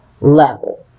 level